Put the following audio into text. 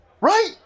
Right